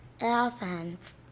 Elephants